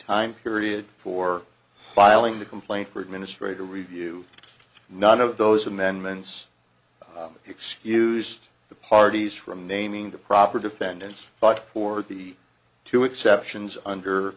time period for filing the complaint for administrative review none of those amendments excused the parties from naming the proper defendants but for the two exceptions under